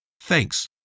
Thanks